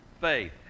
faith